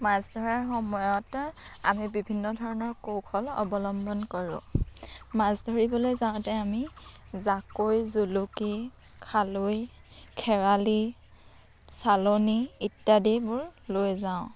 মাছ ধৰাৰ সময়ত আমি বিভিন্ন ধৰণৰ কৌশল অৱলম্বন কৰোঁ মাছ ধৰিবলৈ যাওঁতে আমি জাকৈ জুলুকি খালৈ খেৱালি চালনী ইত্যাদিবোৰ লৈ যাওঁ